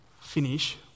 finish